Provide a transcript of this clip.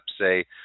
say